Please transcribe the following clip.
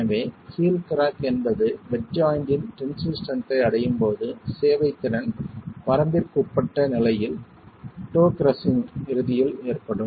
எனவே heel crack என்பது bed ஜாய்ண்ட்டின் டென்சில் ஸ்ட்ரென்த் ஐ அடையும் போது சேவைத்திறன் வரம்பிற்குட்பட்ட நிலையில் டோ கிரஸ்ஸிங் இறுதியில் ஏற்படும்